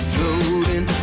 Floating